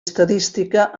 estadística